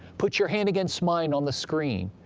put your hand against mine on the screen.